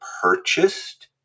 purchased